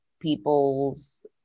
People's